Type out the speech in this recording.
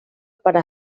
para